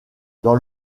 dans